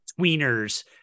tweeners